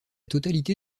totalité